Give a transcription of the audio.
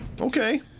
Okay